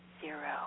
zero